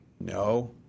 No